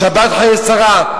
בשבת חיי שרה,